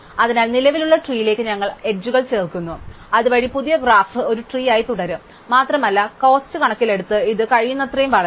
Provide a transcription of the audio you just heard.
അതിനാൽ നിലവിലുള്ള ട്രീയിലേക്ക് ഞങ്ങൾ അരികുകൾ ചേർക്കുന്നു അതുവഴി പുതിയ ഗ്രാഫ് ഒരു ട്രീ ആയി തുടരും മാത്രമല്ല കോസ്റ് കണക്കിലെടുത്ത് ഇത് കഴിയുന്നത്രയും വളരും